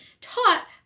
taught